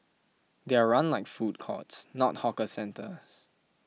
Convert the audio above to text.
they are run like food courts not hawker centres